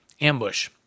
ambush